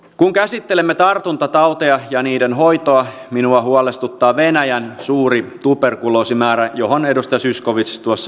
kun käsittelemme tartuntatauteja ja niiden hoitoa minua huolestuttaa venäjän suuri tuberkuloosimäärä johon myös edustaja zyskowicz tuossa viittasi